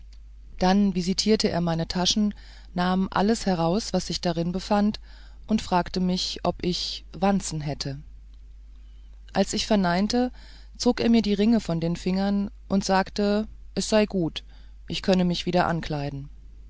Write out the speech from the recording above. dann visitierte er meine taschen nahm alles heraus was er darin fand und fragte mich ob ich wanzen hätte als ich verneinte zog er mir die ringe von den fingern und sagte es sei gut ich könnte mich wieder ankleiden